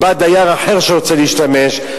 או בא דייר אחר שרוצה להשתמש,